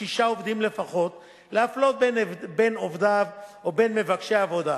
שישה עובדים לפחות להפלות בין עובדיו או בין מבקשי עבודה.